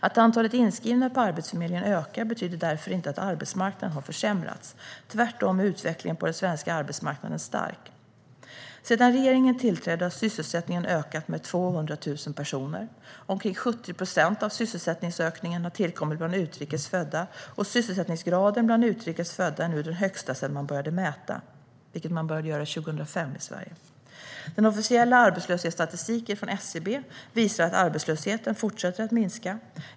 Att antalet inskrivna på Arbetsförmedlingen ökar betyder därför inte att arbetsmarknaden har försämrats. Tvärtom är utvecklingen på den svenska arbetsmarknaden stark. Sedan regeringen tillträdde har sysselsättningen ökat med 200 000 personer. Omkring 70 procent av sysselsättningsökningen har tillkommit bland utrikes födda. Sysselsättningsgraden bland utrikes födda är nu den högsta sedan man 2005 började att mäta detta i Sverige. Den officiella arbetslöshetsstatistiken från SCB visar att arbetslösheten fortsätter att minska.